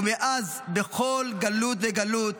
ומאז, בכל גלות וגלות